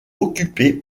occupé